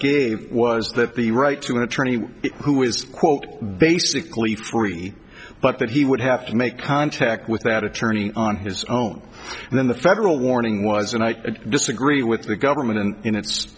game was that the right to an attorney who was quote basically free but that he would have to make contact with that attorney on his own and then the federal warning was and i disagree with the government and in